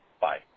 bye